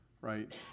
Right